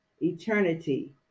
eternity